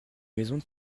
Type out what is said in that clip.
maison